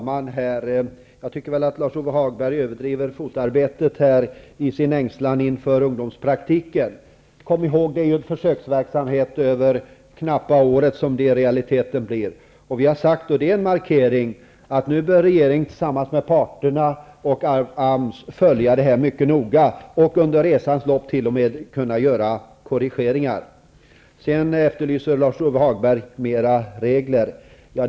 Fru talman! Lars-Ove Hagberg överdriver fotarbetet i sin ängslan inför ungdomspraktiken. Kom ihåg att det i realiteten blir en försöksverksamhet under knappt ett år. Vi har också gjort en markering och sagt att regeringen bör följa detta mycket noga tillsammans med parterna och AMS och att man under resans gång t.o.m. kan göra korrigeringar. Lars-Ove Hagberg efterlyser mera regler.